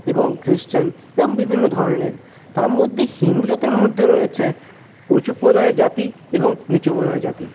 এবং খ্রিশ্চান এবং বিভিন্ন ধরনের তার মধ্যে হিন্দু জাতের মধ্যে রয়েছে উঁচু সম্প্রদায়ের জাতি এবং নিচু সম্প্রদায়ের জাতি